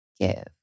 give